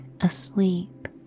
asleep